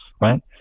right